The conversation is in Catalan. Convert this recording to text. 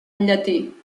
llatí